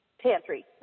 Pantry